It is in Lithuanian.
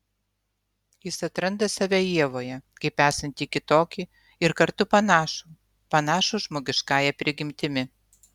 jis atranda save ievoje kaip esantį kitokį ir kartu panašų panašų žmogiškąja prigimtimi